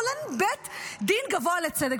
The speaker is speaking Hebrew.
אבל אין בית דין גבוה לצדק.